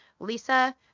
Lisa